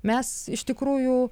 mes iš tikrųjų